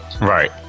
Right